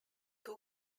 two